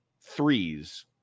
threes